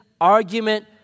argument